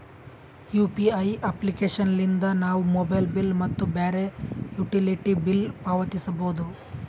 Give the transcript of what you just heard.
UPI application ಲಿದ್ದ ನಾವು mobile bill ಮತ್ತು ಬ್ಯಾರೆ ಯುಟಿಲಿಟಿ ಬಿಲ್ ಪಾವತಿಸಬೋದು